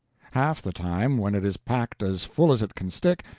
half the time, when it is packed as full as it can stick,